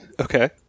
Okay